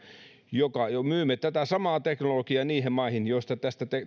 ja myymme tätä samaa teknologiaa niihin maihin